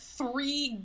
three